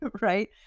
right